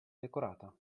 decorata